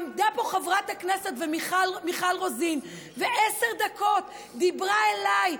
עמדה פה חברת הכנסת מיכל רוזין ועשר דקות דיברה אליי,